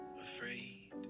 afraid